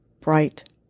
bright